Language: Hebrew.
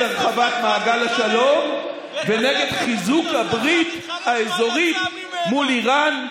הרחבת מעגל השלום ונגד חיזוק הברית האזורית מול איראן,